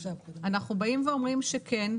אנחנו באים ואומרים שכן,